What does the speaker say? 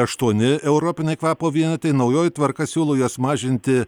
aštuoni europiniai kvapo vienetai naujoji tvarka siūlo juos mažinti